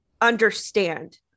understand